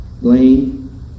Blaine